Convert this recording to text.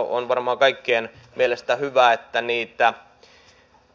on varmaan kaikkien mielestä hyvä että niitä